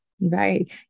Right